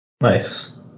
Nice